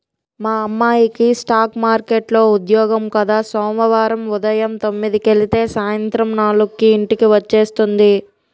మా అమ్మాయికి స్ఠాక్ మార్కెట్లో ఉద్యోగం కద సోమవారం ఉదయం తొమ్మిదికెలితే సాయంత్రం నాలుక్కి ఇంటికి వచ్చేస్తుంది